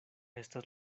estas